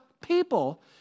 people